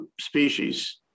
species